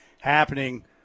happening